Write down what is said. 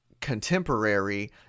contemporary